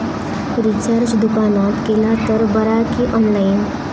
Recharge दुकानात केला तर बरा की ऑनलाइन?